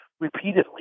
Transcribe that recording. repeatedly